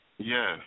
Yes